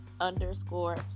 underscore